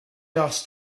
asked